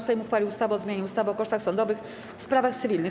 Sejm uchwalił ustawę o zmianie ustawy o kosztach sądowych w sprawach cywilnych.